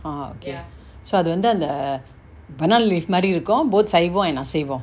ah okay so அது வந்து அந்த:athu vanthu antha banana leaf மாரி இருக்கு:mari iruku both saivo and asaivo